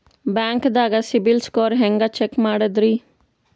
ಬ್ಯಾಂಕ್ದಾಗ ಸಿಬಿಲ್ ಸ್ಕೋರ್ ಹೆಂಗ್ ಚೆಕ್ ಮಾಡದ್ರಿ?